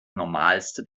normalste